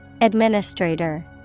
Administrator